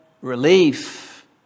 relief